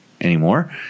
anymore